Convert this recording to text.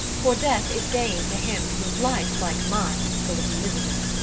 for death is gain to him whose life, like mine, is full of misery.